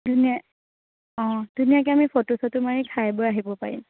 ধুনীয়া অঁ ধুনীয়াকে আমি ফটো চটো মাৰি খাই বৈ আহিব পাৰিম